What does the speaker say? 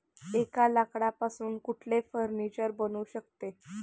एका लाकडातून कुठले फर्निचर बनू शकते?